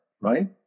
right